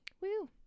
woo